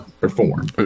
perform